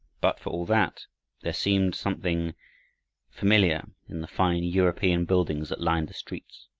but for all that there seemed something familiar in the fine european buildings that lined the streets,